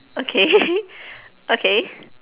okay okay